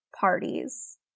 parties